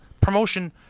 promotion